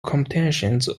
competitions